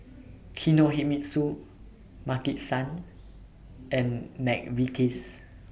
Kinohimitsu Maki San and Mcvitie's